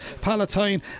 Palatine